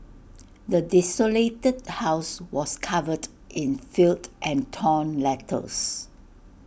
the desolated house was covered in filth and torn letters